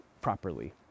properly